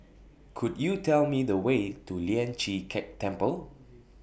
Could YOU Tell Me The Way to Lian Chee Kek Temple